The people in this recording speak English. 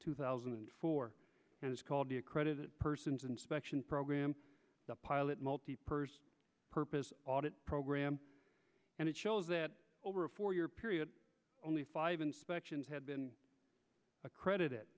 two thousand and four and is called the a credit persons inspection program pilot multi person purpose audit program and it shows that over a four year period only five inspections had been accredited